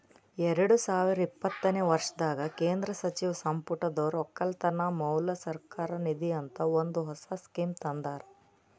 ಎರಡು ಸಾವಿರ ಇಪ್ಪತ್ತನೆ ವರ್ಷದಾಗ್ ಕೇಂದ್ರ ಸಚಿವ ಸಂಪುಟದೊರು ಒಕ್ಕಲತನ ಮೌಲಸೌಕರ್ಯ ನಿಧಿ ಅಂತ ಒಂದ್ ಹೊಸ ಸ್ಕೀಮ್ ತಂದಾರ್